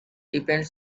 depend